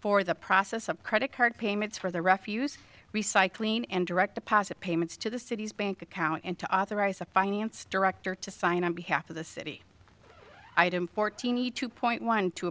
for the process of credit card payments for the refuse recycling and direct deposit payments to the city's bank account and to authorize a finance director to sign on behalf of the city i had import teenie two point one t